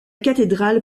cathédrale